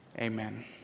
Amen